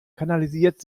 kanalisiert